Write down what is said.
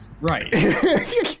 right